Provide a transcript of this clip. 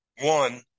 One